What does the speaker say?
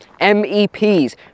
MEPs